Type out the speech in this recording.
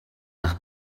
nach